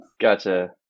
Gotcha